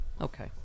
Okay